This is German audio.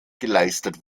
geleistet